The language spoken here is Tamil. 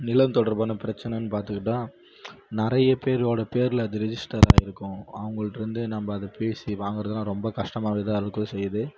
நிலம் தொடர்பான பிரச்சினைன்னு பார்த்துக்கிட்டா நிறைய பேரோடய பேரில் அது ரிஜிஸ்டர் ஆகியிருக்கும் அவங்கள்கிட்டேருந்து நம்ப அதை பேசி வாங்கறதெலாம் ரொம்ப கஷ்டமாகவே தான் இருக்கவும் செய்யுது